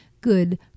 good